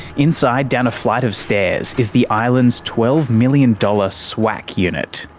inside down a flight of stairs is the island's twelve million dollars swac unit.